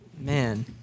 man